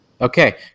Okay